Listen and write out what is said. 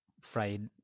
fried